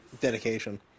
dedication